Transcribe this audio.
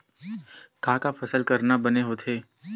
का का फसल करना बने होथे?